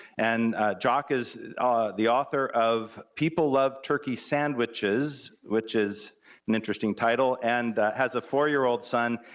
and jacques is the author of people love turkey sandwiches, which is an interesting title, and has a four year old son,